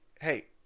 hey